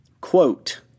Quote